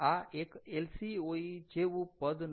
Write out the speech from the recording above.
આ એક LCOE જેવુ પદ નથી